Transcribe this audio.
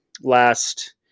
last